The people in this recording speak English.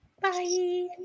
Bye